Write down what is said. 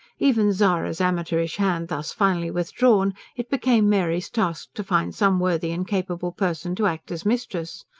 even zara's amateurish hand thus finally withdrawn, it became mary's task to find some worthy and capable person to act as mistress.